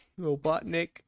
Robotnik